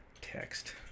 text